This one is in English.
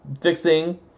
fixing